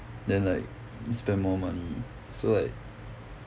then like you spend more money so like